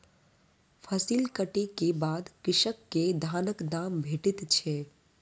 फसिल कटै के बाद कृषक के धानक दाम भेटैत छै